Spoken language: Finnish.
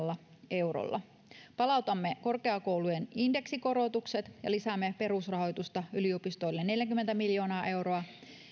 eurolla palautamme korkeakoulujen indeksikorotukset ja lisäämme perusrahoitusta yliopistoille neljäkymmentä miljoonaa euroa